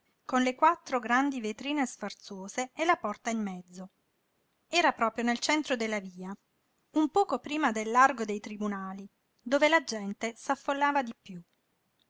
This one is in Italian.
con le quattro grandi vetrine sfarzose e la porta in mezzo era proprio nel centro della via un poco prima del largo dei tribunali dove la gente s'affollava di piú